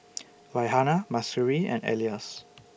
Raihana Mahsuri and Elyas